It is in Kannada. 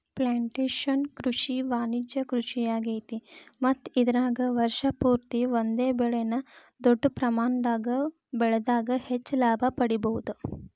ಪ್ಲಾಂಟೇಷನ್ ಕೃಷಿ ವಾಣಿಜ್ಯ ಕೃಷಿಯಾಗೇತಿ ಮತ್ತ ಇದರಾಗ ವರ್ಷ ಪೂರ್ತಿ ಒಂದೇ ಬೆಳೆನ ದೊಡ್ಡ ಪ್ರಮಾಣದಾಗ ಬೆಳದಾಗ ಹೆಚ್ಚ ಲಾಭ ಪಡಿಬಹುದ